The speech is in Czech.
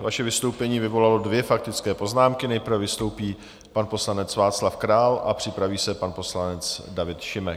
Vaše vystoupení vyvolalo dvě faktické poznámky, nejprve vystoupí pan poslanec Václav Král a připraví se pan poslanec David Šimek.